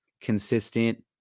consistent